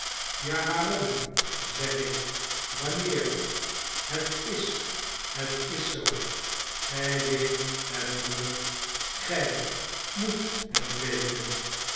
ja waarom zeg ik wanneer het is het is zoo gij weet het moeder gij moet het weten